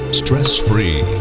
stress-free